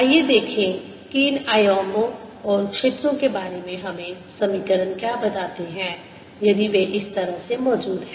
आइए देखें कि इन आयामों और क्षेत्रों के बारे में हमें समीकरण क्या बताते हैं यदि वे इस तरह से मौजूद हैं